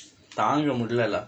தாங்க முடியல:thaangka mudiyala